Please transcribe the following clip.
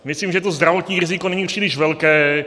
Myslím, že to zdravotní riziko není příliš velké.